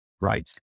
Right